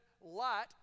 light